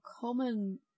common